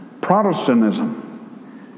Protestantism